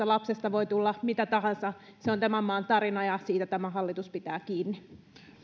lapsesta voi tulla mitä tahansa se on tämän maan tarina ja siitä tämä hallitus pitää kiinni